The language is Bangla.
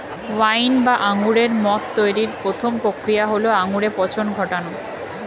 ওয়াইন বা আঙুরের মদ তৈরির প্রথম প্রক্রিয়া হল আঙুরে পচন ঘটানো